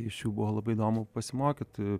iš jų buvo labai įdomu pasimokyti